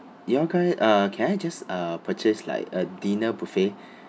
you all kind uh can I just uh purchase like a dinner buffet